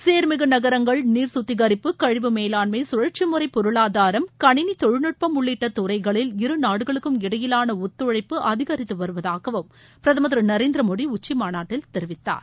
சீர்மிகு நகரங்கள் நீர் சுத்திகரிப்பு கழிவு மேலாண்மை சுழற்சி முறை பொருளாதாரம் கணினி தொழில்நுட்பம் உள்ளிட்ட துறைகளில் இரு நாடுகளுக்கும் இடையிலான ஒத்துழைப்பு அதிகரித்து வருவதாகவும் பிரதமர் திரு நரேந்திர மோடி உச்சி மாநாட்டில் தெரிவித்தார்